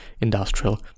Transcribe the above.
industrial